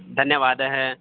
धन्यवादः